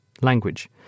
language